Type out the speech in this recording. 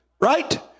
right